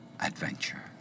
Adventure